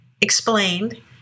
explained